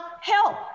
help